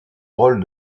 rôle